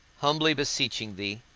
humbly beseeching thee,